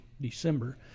December